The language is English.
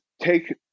take